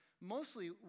Mostly